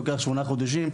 לוקח שמונה חודשים,